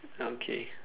okay